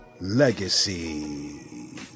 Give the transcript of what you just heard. Legacy